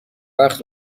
وقت